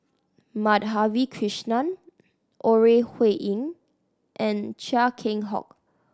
Madhavi Krishnan Ore Huiying and Chia Keng Hock